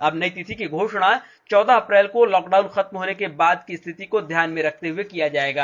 अब नई तिथि की घोषणा चौदह अप्रैल को लॉकडाउन खत्म होने के बाद की स्थिति को ध्यान में रखते हुए किया जाएगा